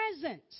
presence